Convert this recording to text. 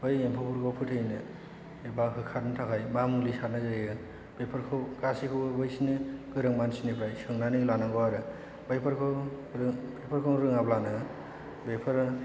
बै एम्फौफोरखौ फोथैनो एबा होखारनो थाखाय मा मुलि सारनाय जायो बेफोरखौ गासैखौबो बैसोरनो गोरों मानसिनिफ्राय सोंनानै लानांगौ आरो बैफोरखौ रोङाब्लानो बेफोरो